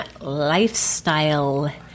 lifestyle